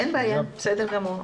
אין בעיה, בסדר גמור.